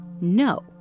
no